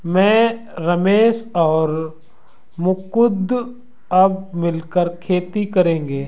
मैं, रमेश और मुकुंद अब मिलकर खेती करेंगे